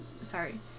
sorry